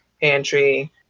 pantry